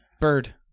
Bird